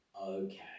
okay